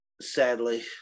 sadly